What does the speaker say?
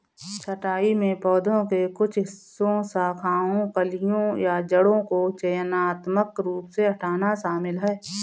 छंटाई में पौधे के कुछ हिस्सों शाखाओं कलियों या जड़ों को चयनात्मक रूप से हटाना शामिल है